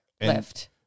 lift